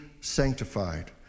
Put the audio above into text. sanctified